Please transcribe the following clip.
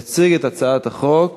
תציג את הצעת החוק